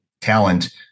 talent